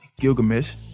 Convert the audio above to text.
Gilgamesh